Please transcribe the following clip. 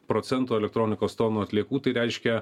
procentų elektronikos tonų atliekų tai reiškia